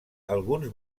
alguns